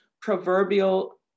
proverbial